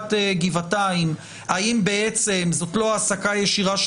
עיריית גבעתיים האם זאת לא העסקה ישירה של